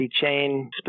chain